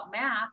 math